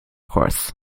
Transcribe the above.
course